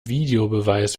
videobeweis